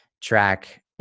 track